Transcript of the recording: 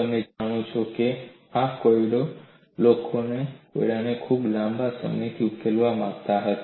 તમે જાણો છો કે આ એક કોયડો છે લોકો આ કોયડોને ખૂબ લાંબા સમયથી ઉકેલવા માંગતા હતા